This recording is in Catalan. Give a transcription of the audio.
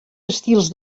estils